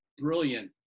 brilliant